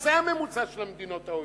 שזה הממוצע של מדינות ה-OECD?